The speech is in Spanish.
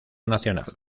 nacional